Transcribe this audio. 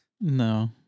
no